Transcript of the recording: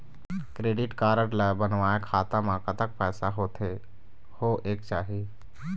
Credit card ला बनवाए खाता मा कतक पैसा होथे होएक चाही?